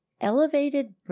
elevated